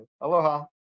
Aloha